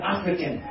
African